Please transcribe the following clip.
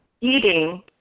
eating